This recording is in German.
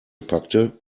packte